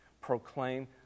proclaim